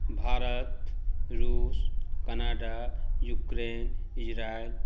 भारत रुस Canada Ukraine Israel